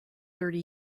thirty